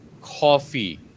coffee